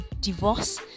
divorce